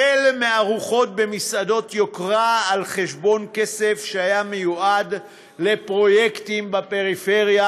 החל בארוחות במסעדות יוקרה על חשבון כסף שהיה מיועד לפרויקטים בפריפריה,